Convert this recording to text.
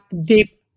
deep